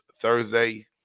Thursday